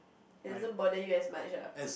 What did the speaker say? it doesn't bother you as much lah